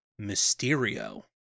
Mysterio